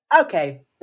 okay